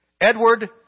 Edward